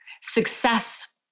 success